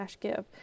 give